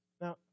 Now